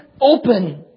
open